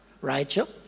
Rachel